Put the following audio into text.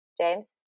James